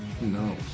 No